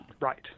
Right